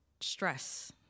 stress